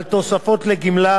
ולאפשר ודאות,